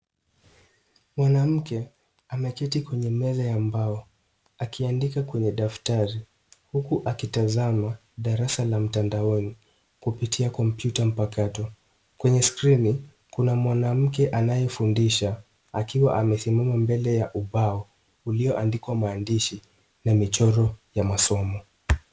Mwanamke ameketi kwenye meza ya mbao, akiandika kwenye daftari huku akitazama darasa la mtandaoni, kupitia komputa mpakato. Kwenye skirini, kuna mwanamke anayefundisha akiwa amesimama mbele ya ubao ulioandikwa maandishi na michoro ya masomo.